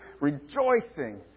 rejoicing